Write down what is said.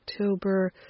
October